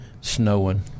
snowing